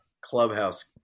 clubhouse